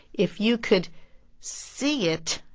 if you could see it,